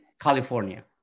California